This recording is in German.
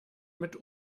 mit